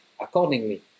accordingly